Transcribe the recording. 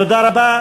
תודה רבה.